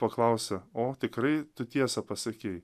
paklausia o tikrai tu tiesą pasakei